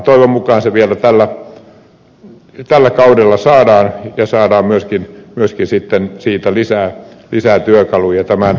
toivon mukaan se vielä tällä kaudella saadaan ja saadaan myöskin sitten siitä lisää työkaluja alkutuottajan toimintaedellytysten turvaamiseksi